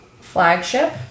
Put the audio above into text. flagship